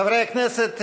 חברי הכנסת,